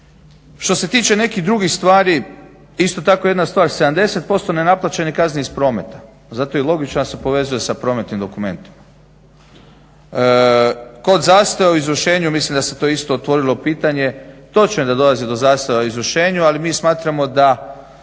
Što se tiče nekih drugih stvari, isto tako jedna stvar, 70% nenaplaćene kazne iz prometa, zato je i logično da se povezuje sa prometnim dokumentima. Kod zastoja u izvršenju mislim da se to isto otvorilo pitanje, točno je da dolazi do zastoja u izvršenju ali mi smatramo da